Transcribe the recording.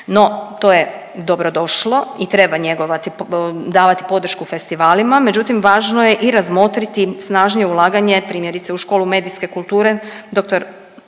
No, to je dobro došlo i treba njegovati, davati podršku festivalima međutim važno je i razmotriti snažnije ulaganje primjerice u Školu medijske kulture Dr.